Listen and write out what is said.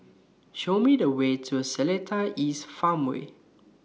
Show Me The Way to Seletar East Farmway